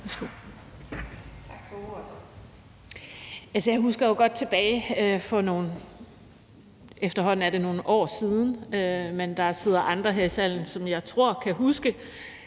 Tak for ordet.